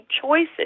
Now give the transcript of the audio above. choices